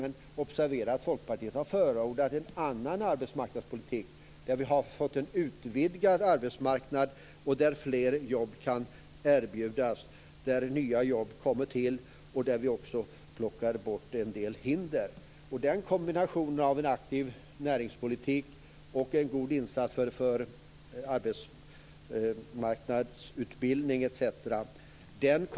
Men observera att Folkpartiet har förordat en annan arbetsmarknadspolitik med en utvidgad arbetsmarknad där fler jobb kan erbjudas, nya jobb kommer till och där vi också plockar bort en del hinder. Den kombinationen av en aktiv näringspolitik och en god insats för arbetsmarknadsutbidning etc.